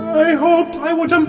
i hoped i would um